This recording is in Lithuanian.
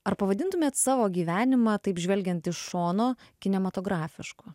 ar pavadintumėt savo gyvenimą taip žvelgiant iš šono kinematografišku